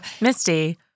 Misty